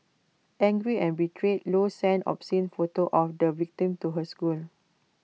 angry and betrayed low sent obscene photos of the victim to her school